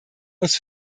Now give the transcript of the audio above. muss